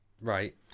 Right